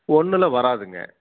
ஒன்றுல வராதுங்க